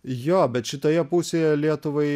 jo bet šitoje pusėje lietuvai